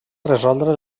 resoldre